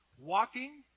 walking